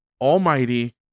almighty